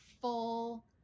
full